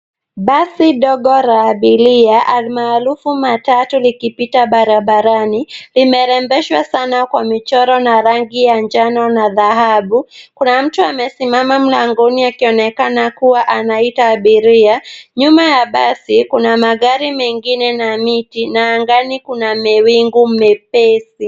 Basi dogo la abiria almaarufu matatu likipita barabarani. Limerembeshwa sana kwa michoro na rangi ya njano na dhahabu. Kuna mtu amesimama mlangoni akionekana kuwa anaitwa abiria. Nyuma ya basi kuna magari mengine na angani kuna mawingu mepesi.